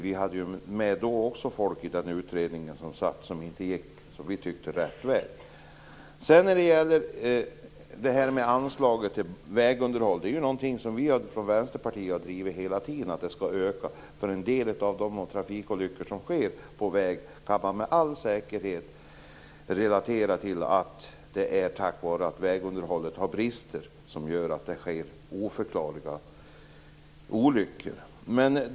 Vi hade även då med folk i utredningen, vilken vi inte tyckte gick rätt väg. När det gäller anslaget till vägunderhåll har vi i Vänsterpartiet hela tiden drivit att detta skall öka. En del av de till synes oförklarliga trafikolyckor som sker på väg kan man med all säkerhet relatera till brister i vägunderhållet.